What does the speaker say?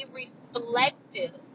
reflective